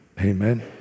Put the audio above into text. Amen